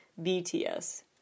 BTS